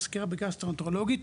מזכירה בגסטרואונטרולוגית,